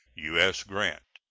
u s. grant.